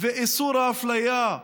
ואיסור האפליה,